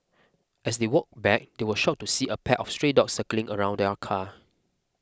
as they walked back they were shocked to see a pack of stray dogs circling around the car